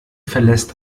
verlässt